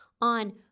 on